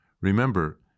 Remember